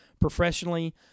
professionally